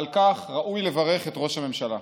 ראוי לברך את ראש הממשלה.